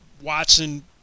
Watson